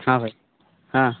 ହଁ ଭାଇ ହଁ